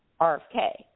RFK